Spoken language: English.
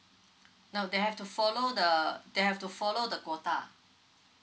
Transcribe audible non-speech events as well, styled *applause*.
*noise* no they have to follow the they have to follow the quota